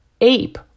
ape